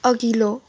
अघिल्लो